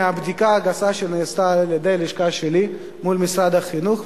מבדיקה גסה שנעשתה על-ידי הלשכה שלי מול משרד החינוך,